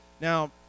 Now